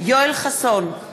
יואל חסון,